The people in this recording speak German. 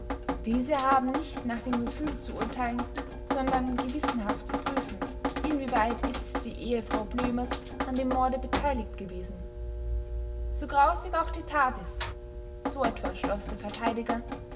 diese haben nicht nach dem gefühl zu urteilen sondern gewissenhaft zu prüfen inwieweit ist die ehefrau blömers an dem morde beteiligt gewesen so grausig auch die tat ist so etwa schloß der verteidiger